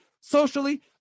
socially